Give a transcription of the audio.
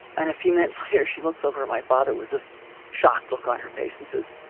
and a few minutes later, she looks over my father with this shocked look on her face and says,